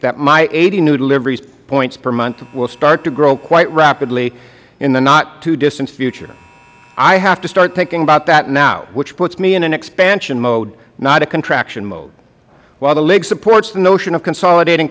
that my eighty new delivery points per month will start to grow quite rapidly in the not too distant future i have to start thinking about that now which puts me in an expansion mode not a contraction mode while the league supports the notion of consolidating